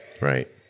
Right